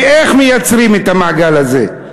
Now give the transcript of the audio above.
ואיך מייצרים את המעגל הזה?